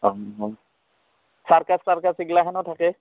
অঁ অঁ ছাৰ্কাছ তাৰ্কাছ এগিলাখানো থাকে